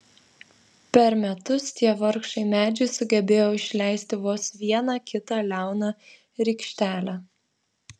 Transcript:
per metus tie vargšai medžiai sugebėjo išleisti vos vieną kitą liauną rykštelę